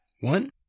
One